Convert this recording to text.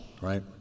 right